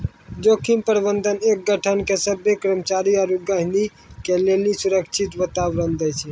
जोखिम प्रबंधन एक संगठन के सभ्भे कर्मचारी आरू गहीगी के लेली सुरक्षित वातावरण दै छै